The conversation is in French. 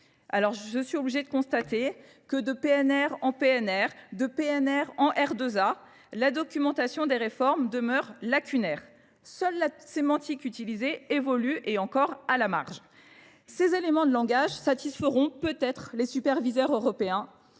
je suis obligée de constater que de PNR en PNR, de PNR en R2A, la documentation des réformes demeure lacunaire. Seule la sémantique utilisée évolue et encore à la marge. Ces éléments de langage satisferont peut-être les supervisaires européens,